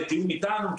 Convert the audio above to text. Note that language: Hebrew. בתיאום איתנו,